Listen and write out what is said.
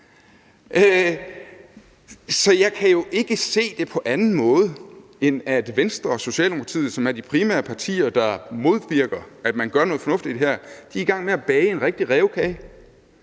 Så jeg kan jo ikke se det på anden måde, end at Venstre og Socialdemokratiet, som er de primære partier, der modvirker, at man gør noget fornuftigt her, er i gang med at bage en rigtig rævekage;